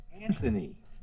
anthony